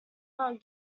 not